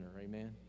amen